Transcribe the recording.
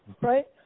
right